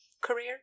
career